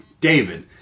David